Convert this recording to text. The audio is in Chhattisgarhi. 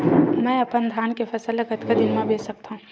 मैं अपन धान के फसल ल कतका दिन म बेच सकथो?